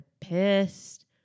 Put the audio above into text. pissed